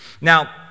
Now